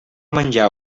menjar